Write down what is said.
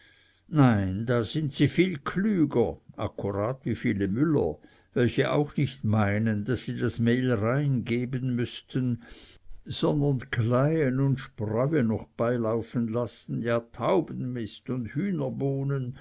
nein da sind sie viel klüger akkurat wie viele müller welche auch nicht meinen daß sie das mehl rein geben müßten sondern kleien und spreue noch beilaufen lassen ja taubenmist und